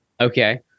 Okay